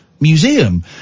museum